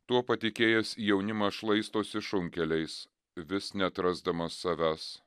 tuo patikėjęs jaunimas šlaistosi šunkeliais vis neatrasdamas savęs